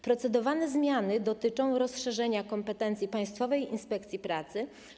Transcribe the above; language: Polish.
Procedowane zmiany dotyczą rozszerzenia kompetencji Państwowej Inspekcji Pracy.